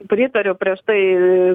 pritariu prieš tai